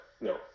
no